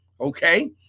okay